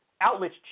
outlets